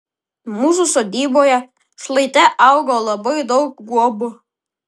mūsų sodyboje šlaite augo labai daug guobų